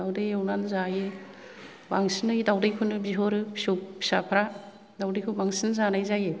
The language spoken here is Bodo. दावदै एवनानै जायो बांसिनै दावदैखौनो बिहरो फिसौ फिसाफ्रा दावदैखौ बांसिन जानाय जायो